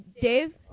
Dave